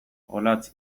olatz